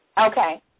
Okay